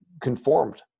conformed